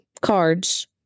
cards